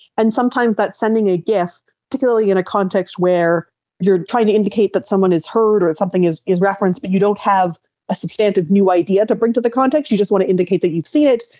and sometimes that's sending a gif, particularly in a context where you are trying to indicate that someone is heard or something is is referenced but you don't have a substantive new idea to bring to the context, you just want to indicate that you've seen it,